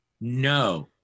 No